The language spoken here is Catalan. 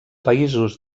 països